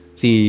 si